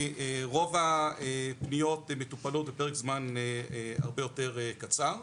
כי רוב פניות מטופלות בפרק זמן הרבה יותר קצר.